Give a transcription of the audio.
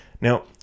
now